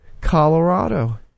Colorado